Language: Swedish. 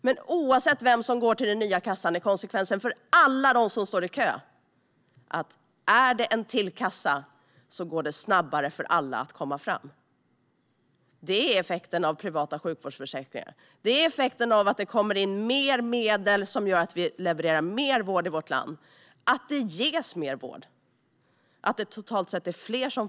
Men oavsett vem som går till den nya kassan är konsekvensen för alla som står i kö att om det finns ytterligare en kassa går det snabbare för alla att komma fram. Detta är också en effekt av privata sjukvårdsförsäkringar och av att det kommer in mer medel som gör att vi levererar mer vård i vårt land. Det ges mer vård. Totalt sett får fler vård.